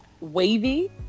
wavy